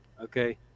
okay